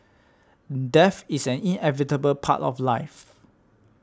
death is inevitable part of life